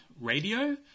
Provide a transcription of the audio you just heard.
Radio